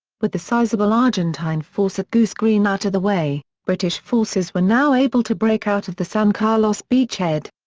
with the sizeable argentine force at goose green out of the way, british forces were now able to break out of the san carlos beachhead.